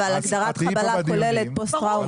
אבל הגדרת חבלה כוללת פוסט טראומה.